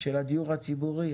של הדיור הציבורי,